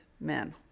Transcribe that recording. men